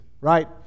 right